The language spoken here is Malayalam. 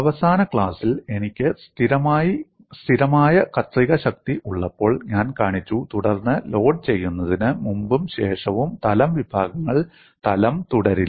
അവസാന ക്ലാസ്സിൽ എനിക്ക് സ്ഥിരമായ കത്രിക ശക്തി ഉള്ളപ്പോൾ ഞാൻ കാണിച്ചു തുടർന്ന് ലോഡ് ചെയ്യുന്നതിന് മുമ്പും ശേഷവും തലം വിഭാഗങ്ങൾ തലം തുടരില്ല